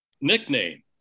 nickname